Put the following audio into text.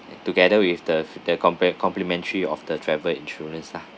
together with the the compli~ complimentary of the travel insurance lah